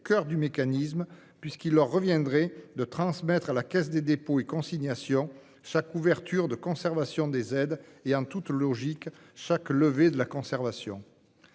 coeur du mécanisme, puisqu'il leur reviendrait de transmettre à la Caisse des dépôts et consignations chaque ouverture de conservation des aides et, en toute logique, chaque levée de la conservation.